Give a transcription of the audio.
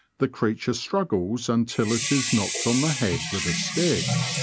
the creature struggles until it is knocked on the head with a stick.